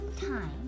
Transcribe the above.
time